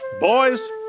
boys